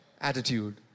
attitude